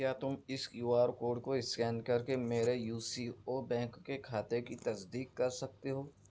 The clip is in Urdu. کیا تم اس کیو آر کوڈ کو اسکین کر کے میرے یو سی او بینک کے کھاتے کی تصدیق کر سکتے ہو